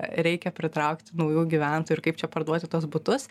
reikia pritraukti naujų gyventojų ir kaip čia parduoti tuos butus